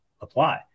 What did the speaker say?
apply